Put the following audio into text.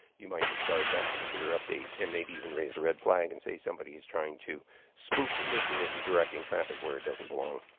you might discard that particular update and maybe even raise a red flag and say somebody is trying to spoof the system into directing traffic where it doesn't belong.